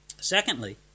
Secondly